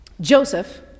Joseph